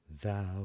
thou